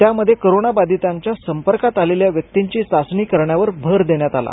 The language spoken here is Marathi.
त्यामध्ये करोनाबाधितांच्या संपर्कात आलेल्या व्यक्तींची चाचणी करण्यावर भर देण्यात आला